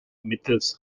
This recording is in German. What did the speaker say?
mittels